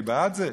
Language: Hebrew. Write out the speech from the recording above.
ואני בעד זה,